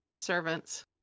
servants